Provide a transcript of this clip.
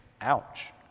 Ouch